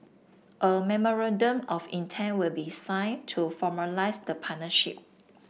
a memorandum of intent will be signed to formalise the partnership